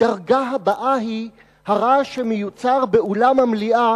הדרגה הבאה היא הרעש שמיוצר באולם המליאה